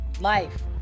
Life